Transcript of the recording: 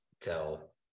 tell